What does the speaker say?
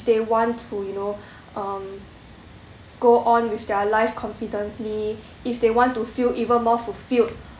they want to you know um go on with their life confidently if they want to feel even more fulfilled